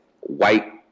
white